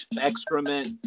excrement